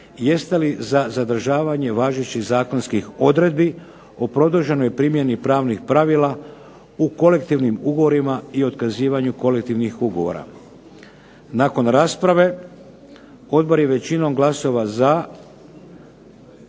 jeste li za zadržavanje važećih zakonskih odredbi o produženoj primjeni pravnih pravila u kolektivnim ugovorima i otkazivanju kolektivnih ugovora. Nakon rasprave odbor je većinom glasova za